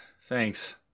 Thanks